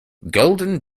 golden